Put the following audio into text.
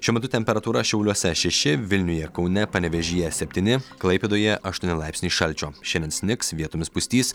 šiuo metu temperatūra šiauliuose šeši vilniuje kaune panevėžyje septyni klaipėdoje aštuoni laipsniai šalčio šiandien snigs vietomis pustys